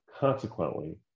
Consequently